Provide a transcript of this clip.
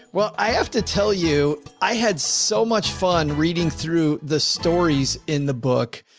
well, i have to tell you. i had so much fun reading through the stories in the book.